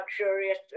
luxurious